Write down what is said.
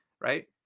right